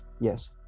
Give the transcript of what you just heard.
yes